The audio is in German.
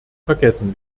vergessen